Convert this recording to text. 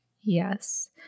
Yes